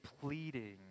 pleading